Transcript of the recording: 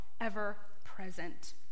ever-present